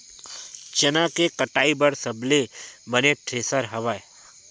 चना के कटाई बर सबले बने थ्रेसर हवय?